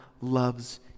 loves